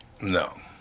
No